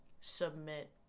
submit